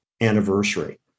anniversary